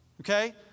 Okay